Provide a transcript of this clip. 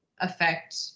Affect